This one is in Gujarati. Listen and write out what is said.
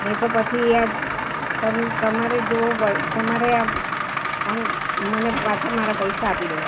નહીં તો પછી યા તમ તમારે જોવું તમારે આ મને પાછા મારા પૈસા આપી દો